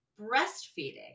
breastfeeding